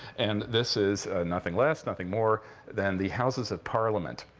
and this is nothing less, nothing more than the houses of parliament.